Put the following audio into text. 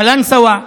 קלנסווה,